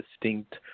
distinct